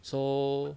so